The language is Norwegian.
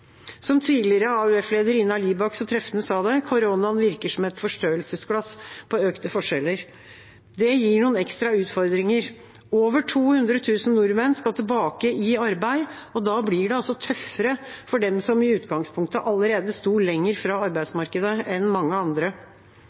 Som tidligere AUF-leder Ina Libak så treffende sa det, virker koronaen som et forstørrelsesglass på økte forskjeller. Det gir noen ekstra utfordringer: Over 200 000 nordmenn skal tilbake i arbeid. Da blir det tøffere for dem som i utgangspunktet allerede sto lenger fra arbeidsmarkedet enn mange andre.